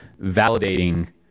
validating